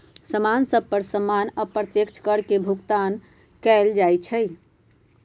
समान सभ पर सामान्य अप्रत्यक्ष कर के भुगतान कएल जाइ छइ